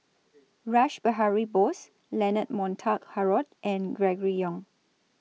Rash Behari Bose Leonard Montague Harrod and Gregory Yong